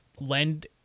lend